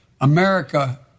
America